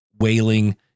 wailing